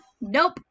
Nope